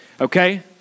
Okay